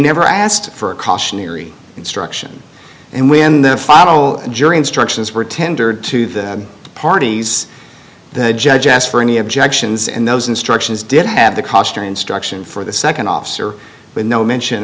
never asked for a cautionary instruction and when the final jury instructions were tendered to the parties the judge asked for any objections and those instructions did have the instruction for the second officer with no mention